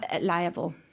Liable